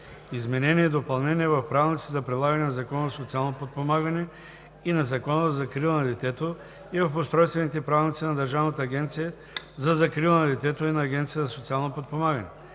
изменения и допълнения в правилниците за прилагане на Закона за социално подпомагане и на Закона за закрила на детето и в устройствените правилници на Държавната агенция за закрила на детето и на Агенцията за социално подпомагане.